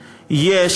כלום.